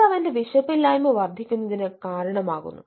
ഇത് അവന്റെ വിശപ്പില്ലായ്മ വർദ്ധിപ്പിക്കുന്നതിന് കാരണമാകുന്നു